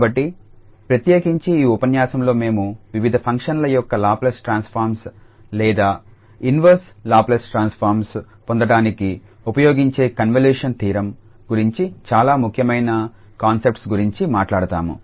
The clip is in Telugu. కాబట్టి ప్రత్యేకించి ఈ ఉపన్యాసంలో మేము వివిధ ఫంక్షన్ల యొక్క లాప్లేస్ ట్రాన్స్ఫార్మ్ లేదా ఇన్వర్స్ లాప్లేస్ ట్రాన్స్ఫార్మ్ పొందడానికి ఉపయోగించే కన్వల్యూషన్ థీరం గురించి చాలా ముఖ్యమైన కాన్సప్ట్ గురించి మాట్లాడుతాము